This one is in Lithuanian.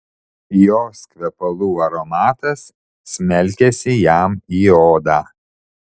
jos kvepalų aromatas smelkėsi jam į odą